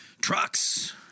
Trucks